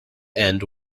end